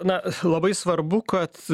na labai svarbu kad